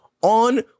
on